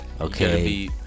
okay